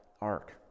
Ark